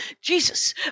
Jesus